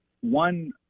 one